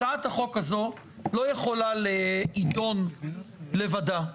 הצעת החוק הזו לא יכולה להידון לבדה,